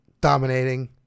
dominating